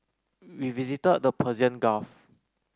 we visited the Persian Gulf